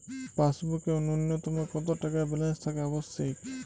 পাসবুকে ন্যুনতম কত টাকা ব্যালেন্স থাকা আবশ্যিক?